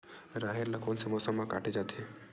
राहेर ल कोन से मौसम म काटे जाथे?